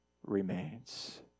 remains